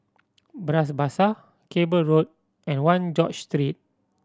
Bras Basah Cable Road and One George Street